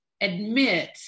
admit